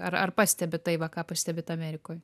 ar ar pastebit tai va ką pastebit amerikoj